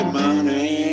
money